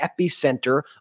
epicenter